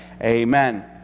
Amen